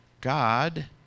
God